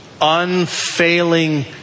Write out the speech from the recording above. unfailing